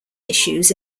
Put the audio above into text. issues